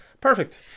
Perfect